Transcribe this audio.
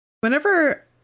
Whenever